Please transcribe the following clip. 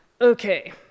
Okay